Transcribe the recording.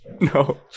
No